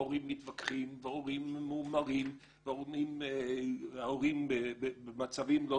הורים מתווכחים והורים ממורמרים והורים במצבים לא פשוטים.